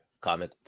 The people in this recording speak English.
comic